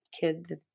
kid